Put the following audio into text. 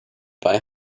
buy